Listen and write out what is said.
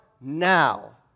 now